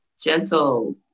gentle